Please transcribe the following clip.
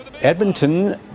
Edmonton